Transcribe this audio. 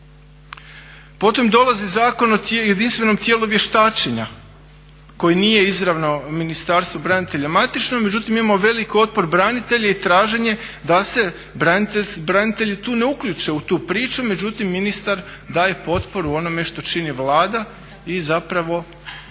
Potom dolazi Zakon o jedinstvenom tijelu vještačenja koji nije izravno Ministarstvo branitelja matično, međutim imamo velik otpor branitelja i traženje da se branitelji tu ne uključe u tu priču. Međutim, ministar daje potporu onome što čini Vlada i zapravo